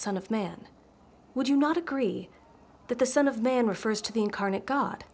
of man would you not agree that the son of man refers to the incarnate god